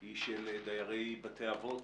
היא של דיירי בתי אבות.